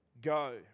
Go